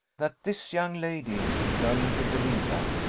that this young lady, turning to belinda,